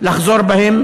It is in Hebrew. לחזור בהם,